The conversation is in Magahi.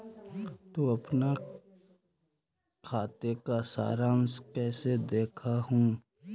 तु अपन खाते का सारांश कैइसे देखअ हू